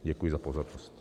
Děkuji za pozornost.